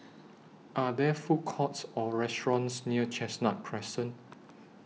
Are There Food Courts Or restaurants near Chestnut Crescent